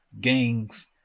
gangs